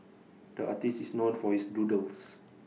the artist is known for his doodles